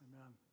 amen